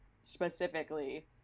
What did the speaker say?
specifically